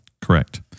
Correct